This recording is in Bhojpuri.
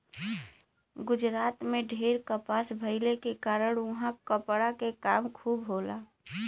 गुजरात में ढेर कपास भइले के कारण उहाँ कपड़ा के काम खूब होला